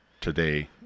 today